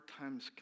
times